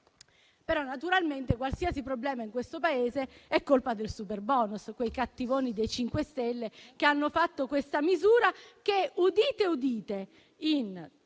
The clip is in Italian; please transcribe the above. Però, naturalmente, qualsiasi problema in questo Paese è colpa del superbonus, di quei cattivoni del MoVimento 5 Stelle che hanno fatto questa misura che - udite, udite -